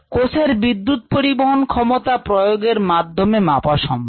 কোষের বিদ্যুৎ পরিবহন ক্ষমতা প্রয়োগের মাধ্যমে মাপা সম্ভব